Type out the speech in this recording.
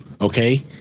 okay